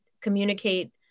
communicate